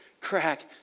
crack